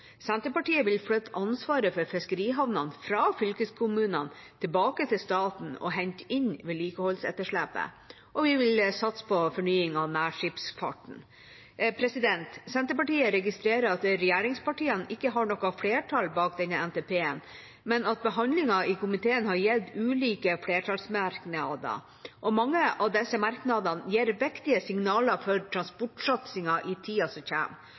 Senterpartiet vil flytte ansvaret for fiskerihavnene fra fylkeskommunene tilbake til staten og hente inn vedlikeholdsetterslepet, og vi vil satse på fornying av nærskipsfarten. Senterpartiet registrerer at regjeringspartiene ikke har noe flertall bak denne NTP-en, men at behandlingen i komiteen har gitt ulike flertallsmerknader, og mange av disse merknadene gir viktige signaler for transportsatsinger i tida som